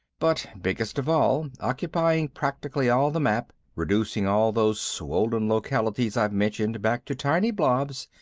but biggest of all, occupying practically all the map, reducing all those swollen localities i've mentioned back to tiny blobs,